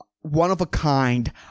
one-of-a-kind